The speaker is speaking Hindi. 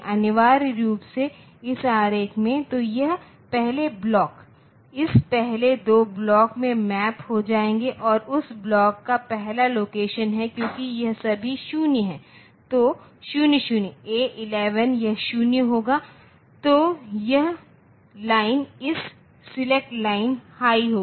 अनिवार्य रूप से इस आरेख में तो यह पहले ब्लॉक इस पहले दो ब्लॉक में मैप हो जाएगा और उस ब्लॉक का पहला लोकेशन है क्योंकि यह सभी 0 है तो 0 0 ए 11 यह 0 होगा तो यह लाइन इस सेलेक्ट लाइन हाई होगी